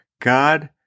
God